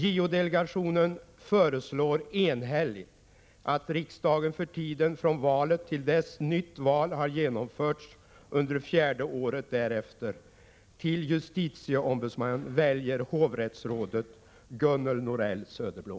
JO-delegationen föreslår enhälligt att riksdagen för tiden från valet till dess nytt val har genomförts under fjärde året därefter till justitieombudsman väljer hovrättsrådet Gunnel Norell Söderblom.